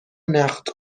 نقد